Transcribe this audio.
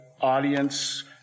audience